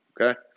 Okay